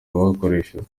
akoresheje